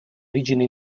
origine